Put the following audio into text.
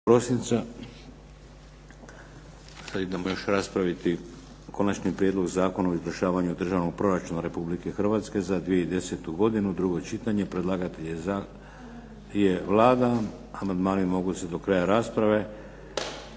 (HDZ)** Sad idemo još raspraviti - Konačni prijedlog Zakona o izvršavanju Državnog proračuna Republike Hrvatske za 2010. godinu, drugo čitanje, P.Z. br. 475 Predlagatelj je Vlada. Amandmani se mogu podnositi do kraja rasprave